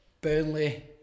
Burnley